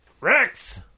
Rex